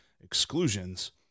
exclusions